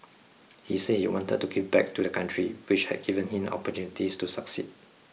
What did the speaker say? he said he wanted to give back to the country which had given him opportunities to succeed